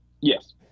Yes